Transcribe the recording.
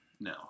No